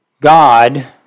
God